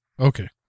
Okay